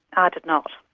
ah did not.